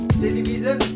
television